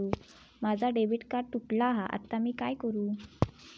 माझा debit card तुटला हा आता मी काय करू?